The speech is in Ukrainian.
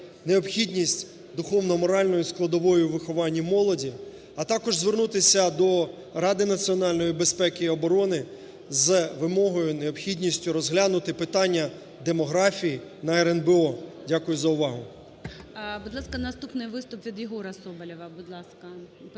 необхідність духовно-моральної складової у виховані молоді, а також звернутися до Ради національної безпеки і оборони з вимогою необхідністю розглянути питання демографії на РНБО. Дякую за увагу.